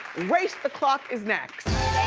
race the clock is next.